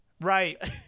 Right